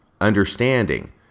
understanding